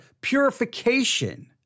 purification